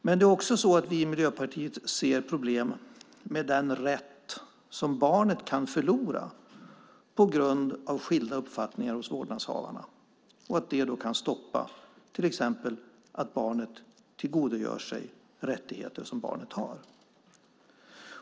Men vi i Miljöpartiet ser också problem med den rätt som barnet kan förlora på grund av skilda uppfattningar hos vårdnadshavarna. Detta kan då till exempel hindra att barnet tillgodogör sig rättigheter som barnet har.